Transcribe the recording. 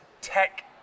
tech